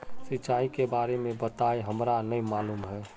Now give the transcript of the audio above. सिंचाई के बारे में बताई हमरा नय मालूम है?